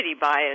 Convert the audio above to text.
bias